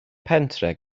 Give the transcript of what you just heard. pentre